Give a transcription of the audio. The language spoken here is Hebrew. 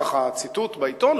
כך הציטוט בעיתון,